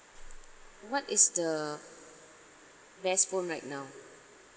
what is the best phone right now